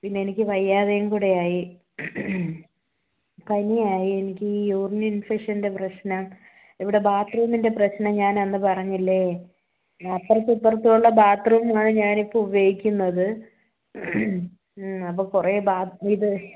പിന്നെ എനിക്ക് വയ്യാതയും കൂടെയായി പനിയായി എനിക്ക് ഈ യൂറിന് ഇൻഫെക്ഷൻ്റെ പ്രശ്നം ഇവിടെ ബാത്റൂമിൻ്റെ പ്രശ്നം ഞാൻ എന്ന് പറഞ്ഞില്ലേ അപ്പുറത്തും ഇപ്പറത്തും ഉള്ള ബാത്റൂമാണ് ഞാൻ ഇപ്പോൾ ഉപയോഗിക്കുന്നത് മ് അപ്പോൾ കുറേ ബാത്ത് ഇത്